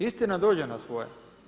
Istina dođe na svoje.